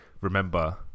remember